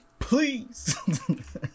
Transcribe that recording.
Please